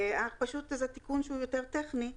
זה תיקון טכני,